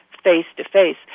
face-to-face